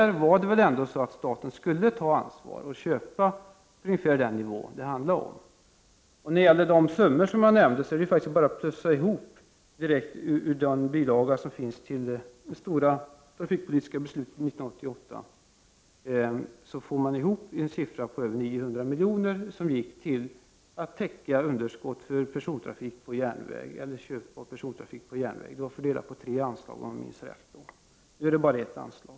Staten skulle ta ansvar och köpa för ungefär den nivå det handlade om. När det gäller den summa jag nämnde är det bara att addera direkt ur bila gan till det stora trafikpolitiska beslutet år 1988, så får man en siffra på över 900 miljoner kronor, som gick till att täcka underskott för persontrafik på järnväg eller köp av persontrafik på järnväg. Det var fördelat på tre anslag, om jag minns rätt. Nu är det bara ett anslag.